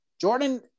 Jordan